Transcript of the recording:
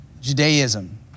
Judaism